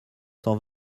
cent